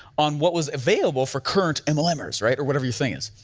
on what was available for current and mlmers, right, or whatever your thing is,